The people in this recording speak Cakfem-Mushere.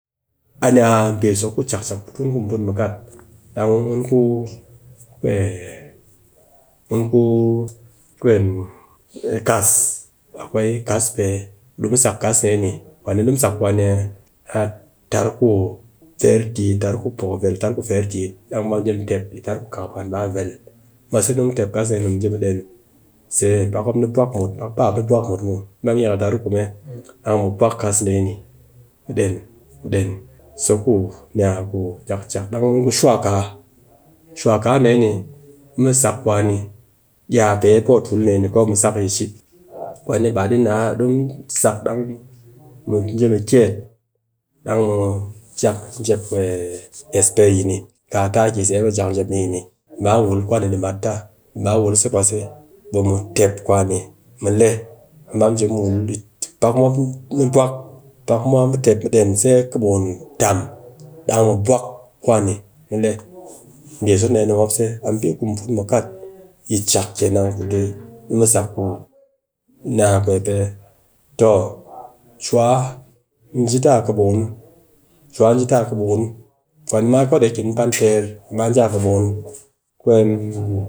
A ni a mbi so ku chak chak, ku tun mu put mu kat, ɗang mun ku kas, akwai kas pe du mu sak kas dee ni, kwani du mu sak kwani a tar ku feer tit, tar ku poko vel, tar ku feer tit, dang mu baa mu ji tep tar ku kakapaat ba vel, mwase ɗi mu tep kas dee ni mu ji mu dense, pak mop ni bwak mut, pak ba mop ni bwak mut muw, mu ba mu yakal tar ku kume ɗang mu bwak kas dee nimu den so kwa ni a ku chak chak, dang mun ku shuwa kaa. shuwa kaa dee ni, di mu sak kwani dia a pe po tul dee ni, ko mu sak a shit, kwani ba di naa, daa sak dang mu ji mu kiyet, dang mu jak jep ees pe yini kaa takise, ka jak jep ni yini, ba wul kwani mat ta, baa wul se mwase, ɓe mu tep kwani mu le, baa ji wul di, pak mop ni bwak pak ma, mu tep mu den sai kɨbukun tam dang mu bwak kwani, mbi so dee ni mop se, a mbi ku mu kat yi chak kenan, a mbi ku di mu sak ku a toh shuwa ji kɨbukun, shuwa ji kɨbukun, kwa ni ma, ko da yake ni pan ter, baa ji kɨbukun,